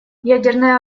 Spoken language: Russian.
ядерное